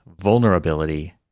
vulnerability